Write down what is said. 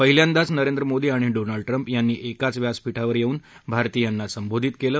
पहिल्यांदाच नरेंद्र मोदी आणि Donald Trump यांनी एकाच व्यासपीठावर येऊन भारतीयांना संबोधित केलं